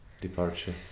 departure